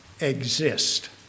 exist